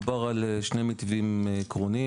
הוא מתחבא כול הזמן מאחורי זה זה בחקירה,